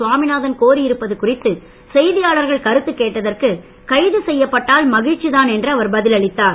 சுவாமிநாதன் கோரி இருப்பது குறித்து செய்தியாளர்கள் கருத்து கேட்டதற்கு கைது செய்யப்பட்டால் மகிழ்ச்சி தான் என்று அவர் பதில் அளித்தார்